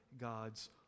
God's